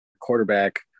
quarterback